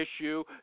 issue